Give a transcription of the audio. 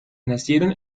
nacieron